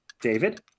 David